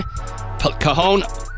Cajon